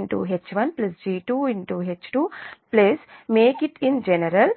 GnHnby your system base Gsystem మరియు